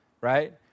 right